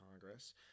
Congress